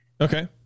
Okay